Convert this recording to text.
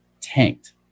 tanked